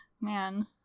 man